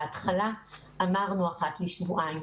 בהתחלה אמרנו אחת לשבועיים.